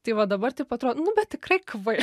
tai va dabar taip atro nu bet tikrai kvai